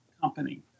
company